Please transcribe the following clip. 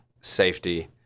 safety